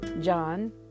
John